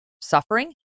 suffering